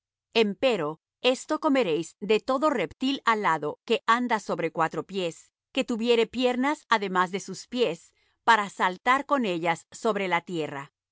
en abominación empero esto comeréis de todo reptil alado que anda sobre cuatro pies que tuviere piernas además de sus pies para saltar con ellas sobre la tierra